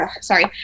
sorry